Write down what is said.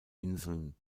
inseln